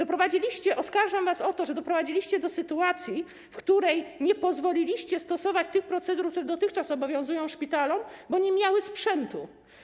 Oskarżam was o to, że doprowadziliście do sytuacji, w której nie pozwoliliście stosować tych procedur, które dotychczas obowiązują, szpitalom, bo nie miały sprzętu.